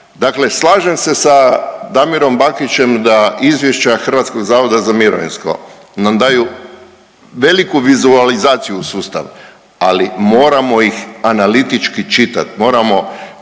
slažem se sa Damirom Bakićem da izvješća HZMO nam daju veliku vizualizaciju sustava, ali moramo ih analitički čitati,